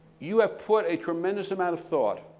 you have put a tremendous amount of thought,